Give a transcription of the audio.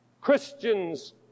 Christians